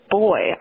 boy